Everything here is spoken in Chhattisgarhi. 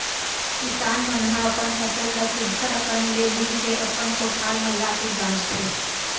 किसान मन ह अपन फसल ल सुग्घर अकन ले लू के अपन कोठार म लाके गांजथें